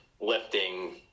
lifting